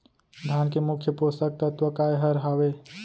धान के मुख्य पोसक तत्व काय हर हावे?